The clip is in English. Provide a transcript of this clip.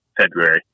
February